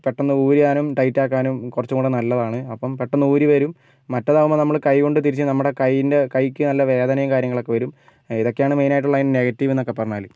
പെട്ടെന്ന് ഊരാനും ടൈറ്റ് ആക്കാനും കുറച്ചും കൂടെ നല്ലതാണ് അപ്പം പെട്ടെന്ന് ഊരിവരും മറ്റേതാവുമ്പോൾ നമ്മൾ കൈകൊണ്ട് തിരിച്ച് നമ്മുടെ കൈയ്യിൻ്റെ കൈക്ക് നല്ല വേദനയും കാര്യങ്ങളൊക്കെ വരും ഇതൊക്കെയാണ് മെയിൻ ആയിട്ടുള്ള നെഗറ്റീവെന്നൊക്കെ പറഞ്ഞാൽ